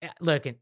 Look